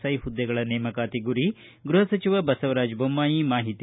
I ಹುದ್ದೆಗಳ ನೇಮಕಾತಿ ಗುರಿ ಗೃಪ ಸಚಿವ ಬಸವರಾಜ ಬೊಮ್ಮಾಯಿ ಮಾಹಿತಿ